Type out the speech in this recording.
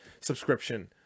subscription